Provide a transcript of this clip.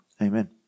Amen